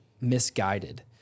misguided